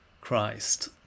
Christ